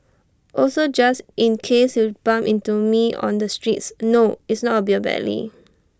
also just in case you bump into me on the streets no it's not A beer belly